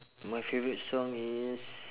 my favourite song is